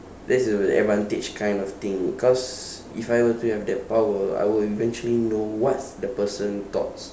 that's the advantage kind of thing cause if I were to have that power I will eventually know what's the person thoughts